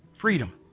Freedom